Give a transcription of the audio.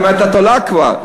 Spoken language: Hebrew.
זאת אומרת, את עולה כבר.